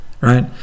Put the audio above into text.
Right